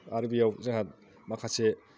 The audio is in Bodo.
आरो बेयाव जाहा माखासे